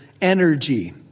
energy